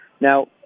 Now